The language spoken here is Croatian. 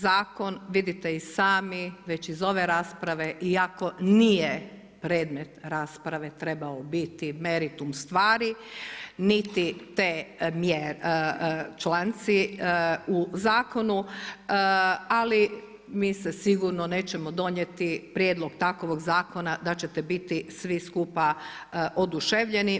Zakon vidite i sami već iz ove rasprave iako nije predmet rasprave trebao biti meritum stvari niti članci u zakonu ali mi sigurno neće donijeti prijedlog takvog zakona da ćete biti svi skupa oduševljeni.